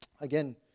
again